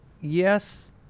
Yes